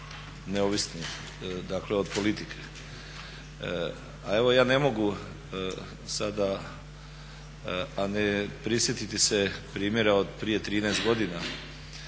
neovisni od politike